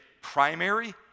primary